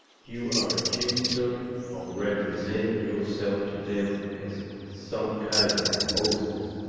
you are accused, sir, of representing yourself to them as some kind of a moses.